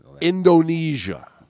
Indonesia